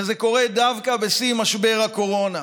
וזה קורה דווקא בשיא משבר הקורונה.